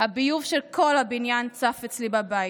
הביוב של כל הבניין צף אצלי בבית,